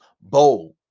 Bold